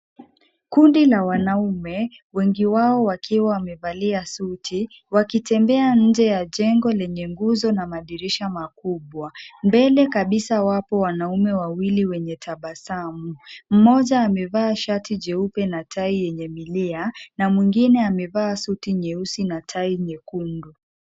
Kundi la wanaume, wengi wao wakiwa wamevalia suti, wakitembea nje ya jengo lenye nguzo na madirisha makubwa. Mbele kabisa wapo wanaume wawili wenye tabasamu. Mmoja amevaa shati jeupe na tai yenye milia na mwingine amevaa suti nyeusi na tai nyekundu.